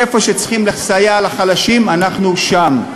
איפה שצריכים לסייע לחלשים, אנחנו שם.